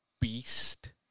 Beast